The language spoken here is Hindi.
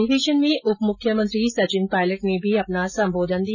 अधिवेशन में उप मुख्यमंत्री सचिन पायलट ने भी अपना संबोधन दिया